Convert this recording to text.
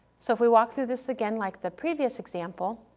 so if we walk through this again, like the previous example,